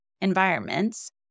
environments